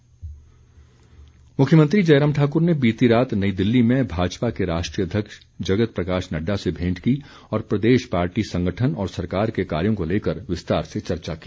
भेंट मुख्यमंत्री जयराम ठाक्र ने बीती रात नई दिल्ली में भाजपा के राष्ट्रीय अध्यक्ष जगत प्रकाश नड़डा से भेंट की और प्रदेश पार्टी संगठन और सरकार के कार्यों को लेकर विस्तार से चर्चा की